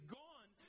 gone